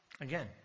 Again